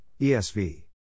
ESV